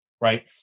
right